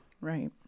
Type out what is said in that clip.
Right